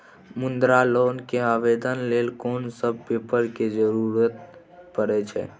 मुद्रा लोन के आवेदन लेल कोन सब पेपर के जरूरत परै छै?